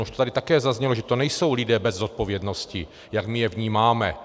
Ono už to tady také zaznělo, že to nejsou lidé bez zodpovědnosti, jak my je vnímáme.